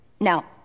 now